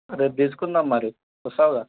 రేపు తీసుకుందాం మరి వస్తావుగా